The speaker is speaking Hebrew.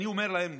אני אומר להם,